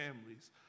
families